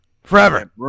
forever